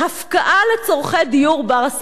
הפקעה לצורכי דיור בר-השגה.